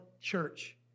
church